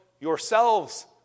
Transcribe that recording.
yourselves